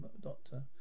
doctor